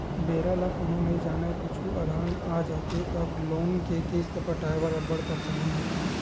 बेरा ल कोनो नइ जानय, कुछु अलहन आ जाथे त लोन के किस्त पटाए म अब्बड़ परसानी होथे